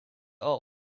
are